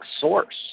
source